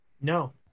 No